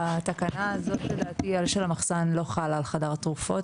התקנה הזאת של המחסן לא חלה על חדר התרופות,